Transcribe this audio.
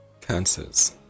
Cancers